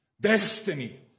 destiny